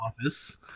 Office